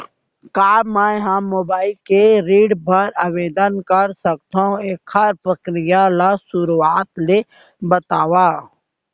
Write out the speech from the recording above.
का मैं ह मोबाइल ले ऋण बर आवेदन कर सकथो, एखर प्रक्रिया ला शुरुआत ले बतावव?